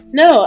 no